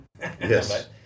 Yes